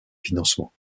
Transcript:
financement